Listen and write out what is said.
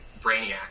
brainiac